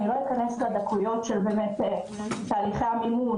אני לא אכנס לדקויות של תהליכי המימוש,